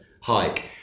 hike